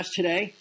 today